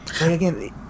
again